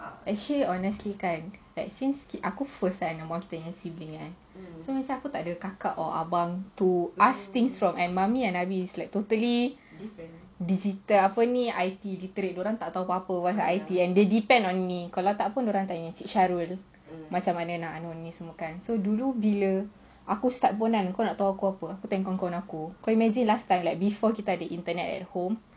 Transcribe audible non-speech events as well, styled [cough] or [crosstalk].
actually honestly kan like since aku first kan among kita punya siblings kan so macam aku tak ada kakak or abang to ask things from mummy and is like totally apa ni [noise] dorang tak tahu apa-apa and they depend on me kalau tak pun dorang tanya cik shahrul macam mana nak anuh ni semua kan dulu bila aku start pun kau nak tahu apa aku tanya kawan-kawan aku can imagine last time before kita ada internet at home